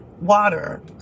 water